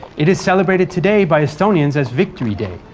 it is celebrated today by estonians as victory day,